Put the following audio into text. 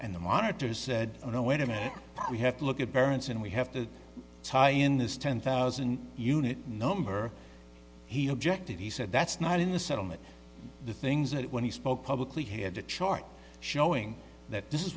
and the monitor said oh no wait a minute we have to look at parents and we have to tie in this ten thousand unit number he objected he said that's not in the settlement the things that when he spoke publicly he had a chart showing that this is